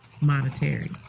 monetary